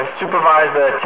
supervisor